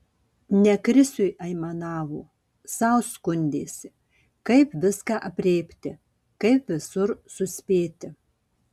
ne krisiui aimanavo sau skundėsi kaip viską aprėpti kaip visur suspėti